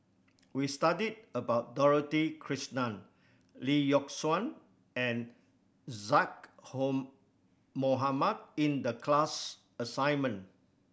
we studied about Dorothy Krishnan Lee Yock Suan and Zaqy Home Mohamad in the class assignment